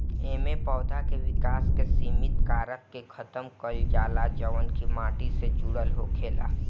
एमे पौधा के विकास के सिमित कारक के खतम कईल जाला जवन की माटी से जुड़ल होखेला